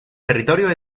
territorios